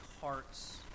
hearts